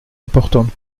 importante